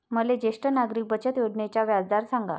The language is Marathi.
मले ज्येष्ठ नागरिक बचत योजनेचा व्याजदर सांगा